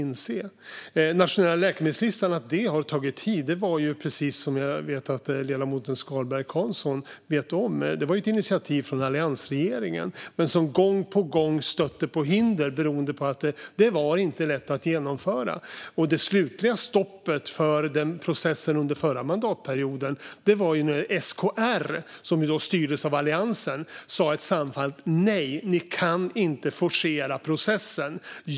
Att den nationella läkemedelslistan har tagit tid beror på att det som från början var ett initiativ från alliansregeringen, vilket ledamoten Skalberg Karlsson vet om, gång på gång stötte på hinder för att det inte var lätt att genomföra. Det slutliga stoppet för processen under förra mandatperioden kom när SKR, som då styrdes av Alliansen, sa ett samfällt nej till att forcera processen.